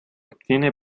obtiene